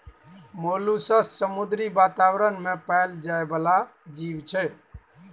molluscs समुद्री बातावरण मे पाएल जाइ बला जीब छै